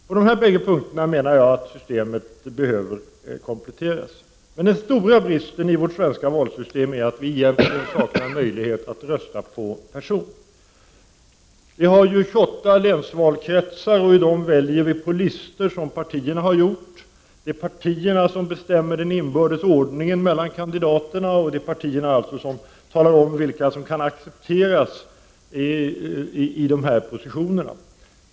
På dessa bägge punkter menar jag att systemet behöver kompletteras. Men den stora bristen i vårt svenska valsystem är att vi egentligen saknar möjlighet att rösta på person. Vi har 28 länsvalkretsar, och i dem väljer vi på grundval av listor som partierna har upprättat. Det är partierna som bestämmer den inbördes ordningen mellan kandidaterna, och det är alltså partierna som talar om vilka som kan accepteras i de olika positionerna.